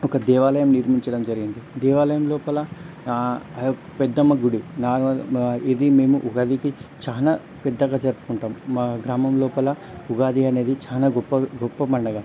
ఒక దేవాలయం నిర్మించడం జరిగింది దేవాలయం లోపల పెద్దమ్మ గుడి నాగ ఇది మేము ఉగాదికి చానా పెద్దగా జరుపుకుంటాం మా గ్రామం లోపల ఉగాది అనేది చాలా గొప్ప గొప్ప పండగ